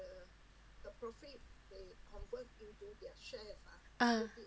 ah